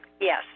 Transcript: Yes